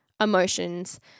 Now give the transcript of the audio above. emotions